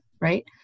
Right